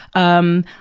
um,